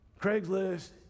Craigslist